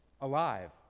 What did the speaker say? alive